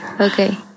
Okay